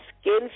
skin